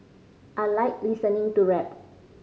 I like listening to rap